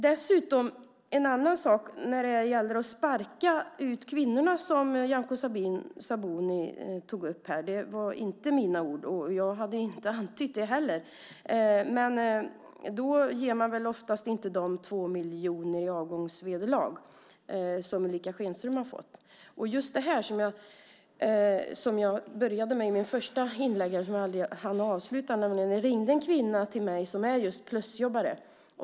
Nyamko Sabuni tog upp det här med att sparka ut kvinnorna. Det var inte mina ord. Jag har inte heller antytt det. Men dem som man sparkar ger man väl oftast inte 2 miljoner i avgångsvederlag, som Ulrica Schenström har fått? Jag började i mitt första inlägg, som jag inte hann avsluta, att berätta att det ringde en kvinna till mig som är just plusjobbare.